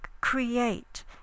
create